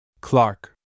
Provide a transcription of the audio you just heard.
Clark